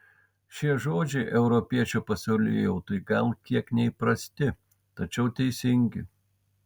šie žodžiai europiečio pasaulėjautai gal kiek neįprasti tačiau teisingi